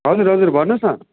हजुर हजुर भन्नुहोस न